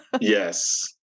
Yes